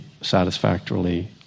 satisfactorily